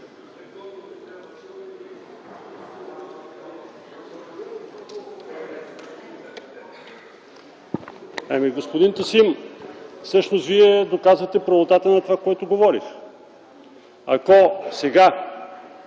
(КБ): Господин Тасим, всъщност Вие доказвате правотата на това, което говорих. Ако сега,